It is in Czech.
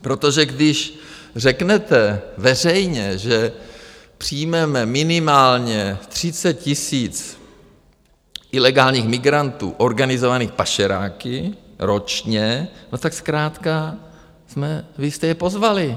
Protože když řeknete veřejně, že přijmeme minimálně 30 000 ilegálních migrantů organizovaných pašeráky ročně, no tak zkrátka vy jste je pozvali.